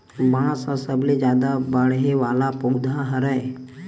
बांस ह सबले जादा बाड़हे वाला पउधा हरय